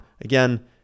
Again